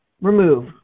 remove